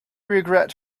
regret